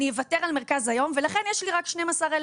אני אוותר על מרכז היום ולכן יש לי רק 12,000